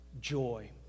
joy